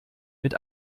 mit